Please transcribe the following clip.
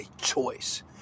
choice